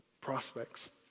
prospects